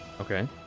Okay